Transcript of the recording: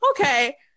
Okay